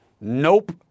Nope